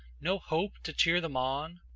no hope to cheer them on?